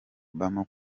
obama